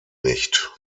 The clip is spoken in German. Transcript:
nicht